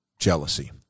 jealousy